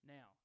Now